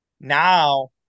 Now